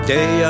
Day